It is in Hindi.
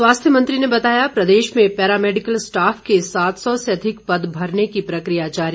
स्वास्थ्य मंत्री ने बताया प्रदेश में पैरामैडिकल स्टाफ के सात सौ से अधिक पद भरने की प्रक्रिया जारी